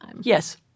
Yes